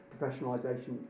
professionalisation